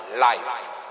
Life